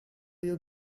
you